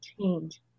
change